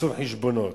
חיסול חשבונות.